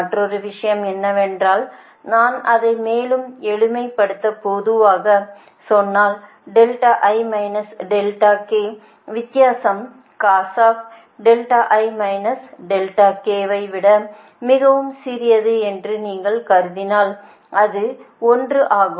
மற்றொரு விஷயம் என்னவென்றால் நான் அதை மேலும் எளிமைப்படுத்துவதாக பொதுவாகச் சொன்னால் வித்தியாசம் ஐ விட மிகவும் சிறியது என்று நீங்கள் கருதினால் அது 1 ஆகும்